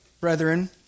brethren